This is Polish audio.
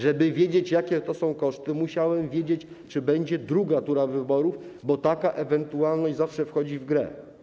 Żeby wiedzieć, jakie to są koszty, musiałbym wiedzieć, czy będzie druga tura wyborów, bo taka ewentualność zawsze wchodzi w grę.